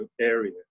area